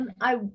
I-